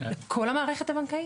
לכל המערכת הבנקאית?